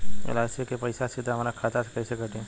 LIC के पईसा सीधे हमरा खाता से कइसे कटी?